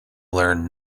learn